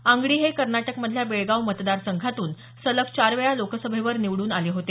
अंगडी हे कर्नाटक मधल्या बेळगाव मतदारसंघातून सलग चार वेळा लोकसभेवर निवडून आले होते